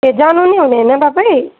ए जानु नै हुने होइन तपाईँ